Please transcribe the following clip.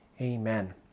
amen